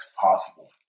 possible